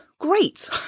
Great